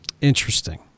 Interesting